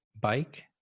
bike